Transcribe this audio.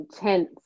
intense